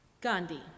Gandhi